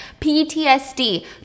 PTSD